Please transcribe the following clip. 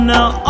Now